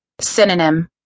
Synonym